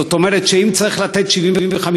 זאת אומרת: שאם צריך לתת 75%,